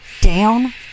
down